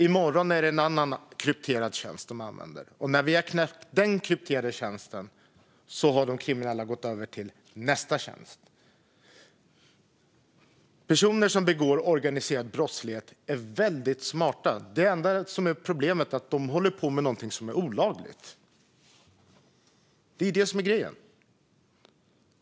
I morgon är det en annan krypterad tjänst. När vi har knäckt den krypterade tjänsten har de kriminella gått över till nästa tjänst. Personer som begår organiserade brott är smarta. Det enda problemet är att de håller på med något olagligt. Det är grejen.